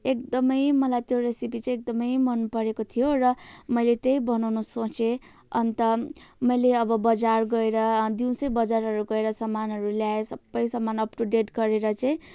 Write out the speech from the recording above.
एकदमै मलाई त्यो रेसिपी चाहिँ एकदमै मनपरेको थियो र मैले त्यही बनाउन सोचेँ अन्त मैले अब बजार गएर दिउँसै बजारहरू गएर सामानहरू ल्याएँ सबै सामान अप टु डेट गरेर चाहिँ